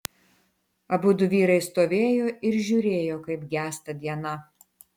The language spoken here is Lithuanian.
abudu vyrai stovėjo ir žiūrėjo kaip gęsta diena